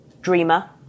dreamer